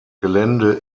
gelände